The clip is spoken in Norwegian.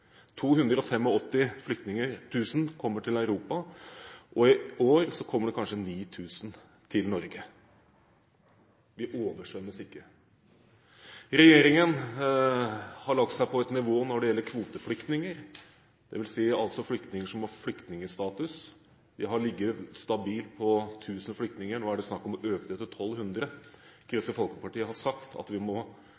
flyktninger kommer til Europa, og i år kommer det kanskje 9 000 til Norge. Vi oversvømmes ikke. Regjeringen har lagt seg på et nivå når det gjelder kvoteflyktninger, dvs. mennesker som har flyktningstatus. Vi har ligget stabilt på 1 000 flyktninger. Nå er det snakk om å øke kvoten til